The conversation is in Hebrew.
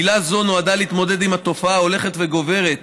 עילה זו נועדה להתמודד עם התופעה ההולכת וגוברת,